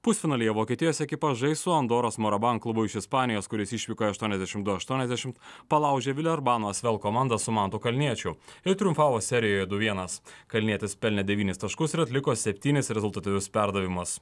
pusfinalyje vokietijos ekipa žais su andoros morabank klubu iš ispanijos kuris išvykoje aštuoniasdešim du aštuoniasdešim palaužė vilerbano asvel komandą su mantu kalniečiu ir triumfavo serijoje du vienas kalnietis pelnė devynis taškus ir atliko septynis rezultatyvius perdavimus